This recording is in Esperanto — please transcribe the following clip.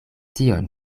tion